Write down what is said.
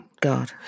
God